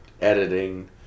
Editing